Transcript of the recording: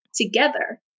together